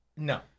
No